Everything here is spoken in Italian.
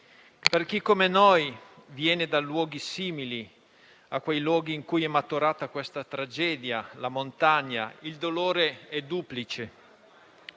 Per chi, come noi, viene da luoghi simili a quelli in cui è maturata questa tragedia, la montagna, il dolore è duplice.